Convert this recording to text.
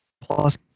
plus